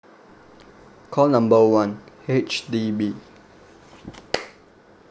call number one H_D_B